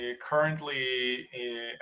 currently